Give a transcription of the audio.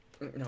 no